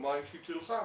בדוגמה האישית שלך,